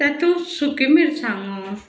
तातूं सुकी मिरसांगो